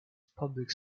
public